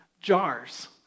jars